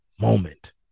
moment